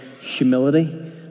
humility